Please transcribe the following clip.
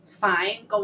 fine